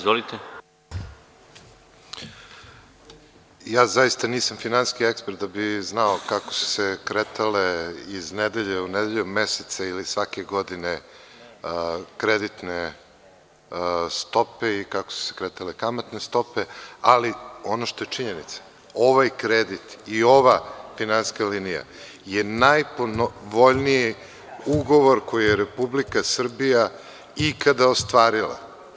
Zaista nisam finansijski ekspert da bih znao kako su se kretale iz nedelje u nedelju, iz meseca u mesec ili svake godine kreditne stope i kako su se kretale kamatne stope, ali ono što je činjenica, ovaj kredit i ova finansijska linija je najpovoljniji ugovor koji je Republika Srbija ikada ostvarila.